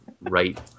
right